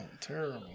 Terrible